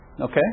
Okay